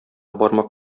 бармак